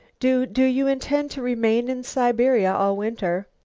do do you intend to remain in siberia all winter?